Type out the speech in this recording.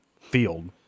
field